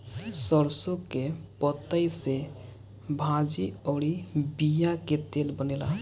सरसों के पतइ से भाजी अउरी बिया के तेल बनेला